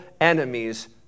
enemies